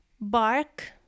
bark